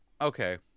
Okay